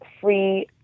free